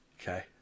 Okay